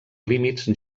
límits